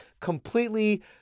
completely